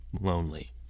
lonely